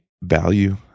value